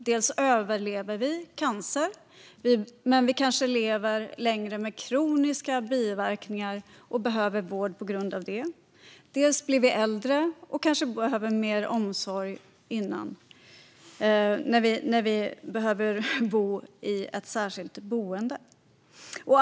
Vi överlever cancer, men vi kanske lever längre med kroniska biverkningar och behöver vård på grund av det. Vi blir äldre och behöver kanske mer omsorg, till exempel om vi behöver bo i ett särskilt boende.